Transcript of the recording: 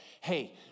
hey